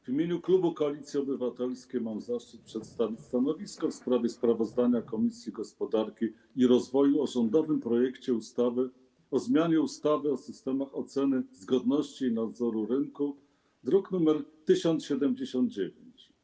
W imieniu klubu Koalicji Obywatelskiej mam zaszczyt przedstawić stanowisko w sprawie sprawozdania Komisji Gospodarki i Rozwoju o rządowym projekcie ustawy o zmianie ustawy o systemach oceny zgodności i nadzoru rynku, druk nr 1079.